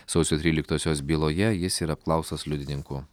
sausio tryliktosios byloje jis yra apklaustas liudininku